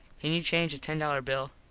can you change a ten dollar bill?